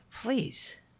please